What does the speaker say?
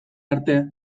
arte